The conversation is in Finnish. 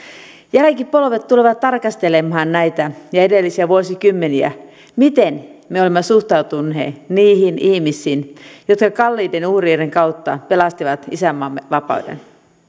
jälkipolvet tulevat tarkastelemaan näitä ja edellisiä vuosikymmeniä miten me olemme suhtautuneet niihin ihmisiin jotka kalliiden uhrien kautta pelastivat isänmaamme vapauden